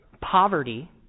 poverty